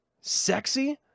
sexy